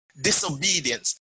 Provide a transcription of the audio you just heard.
disobedience